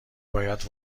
باید